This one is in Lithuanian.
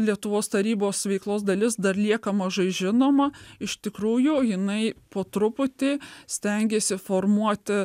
lietuvos tarybos veiklos dalis dar lieka mažai žinoma iš tikrųjų jinai po truputį stengiasi formuoti